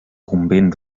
convent